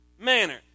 Manner